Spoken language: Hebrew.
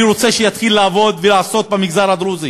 אני רוצה שהוא יתחיל לעבוד ולעשות במגזר הדרוזי,